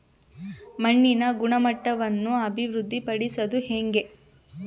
ಮಣ್ಣಿನ ಗುಣಮಟ್ಟವನ್ನು ಅಭಿವೃದ್ಧಿ ಪಡಿಸದು ಹೆಂಗೆ?